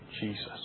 Jesus